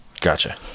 Gotcha